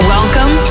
Welcome